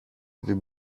the